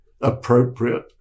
appropriate